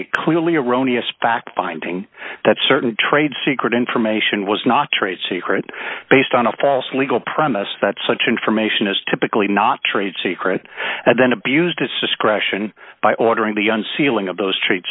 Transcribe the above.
it clearly erroneous fact finding that certain trade secret information was not trade secret based on a false legal premise that such information is typically not trade secret and then abused its discretion by ordering the unsealing of those tr